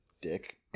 dick